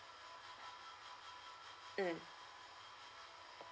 mm